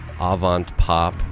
avant-pop